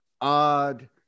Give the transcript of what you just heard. odd